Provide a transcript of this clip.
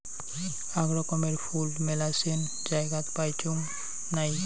আক রকমের ফুল মেলাছেন জায়গাত পাইচুঙ নাই